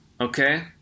okay